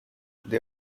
they